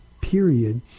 period